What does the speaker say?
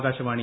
Akashvani